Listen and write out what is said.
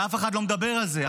ואף אחד לא מדבר על זה.